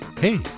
hey